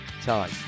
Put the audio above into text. time